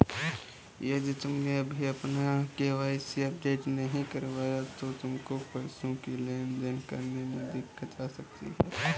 यदि तुमने अभी अपना के.वाई.सी अपडेट नहीं करवाया तो तुमको पैसों की लेन देन करने में दिक्कत आ सकती है